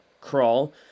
Crawl